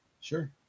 Sure